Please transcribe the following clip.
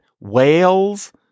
whales